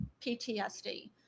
PTSD